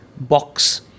box